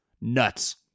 nuts